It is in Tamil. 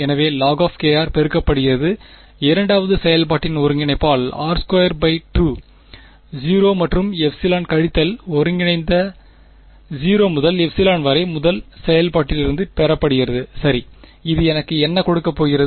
எனவே log பெருக்கப்படுகிறது இரண்டாவது செயல்பாட்டின் ஒருங்கிணைப்பால் r22 0 மற்றும் ε கழித்தல் ஒருங்கிணைந்த 0 முதல் ε வரையிலான முதல் செயல்பாட்டிலிருந்து பெறப்படுகிறது சரி இது எனக்கு என்ன கொடுக்கப் போகிறது